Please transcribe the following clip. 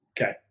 okay